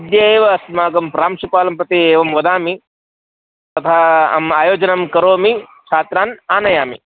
अद्य एव अस्माकं प्रांशुपालंप्रति एवं वदामि तथा अहम् आयोजनं करोमि छात्रान् आनयामि